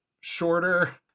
shorter